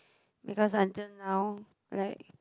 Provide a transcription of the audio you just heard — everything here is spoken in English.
because until now like